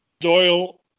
Doyle